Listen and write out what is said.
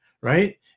right